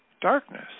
darkness